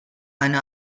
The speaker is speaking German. eine